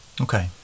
Okay